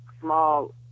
small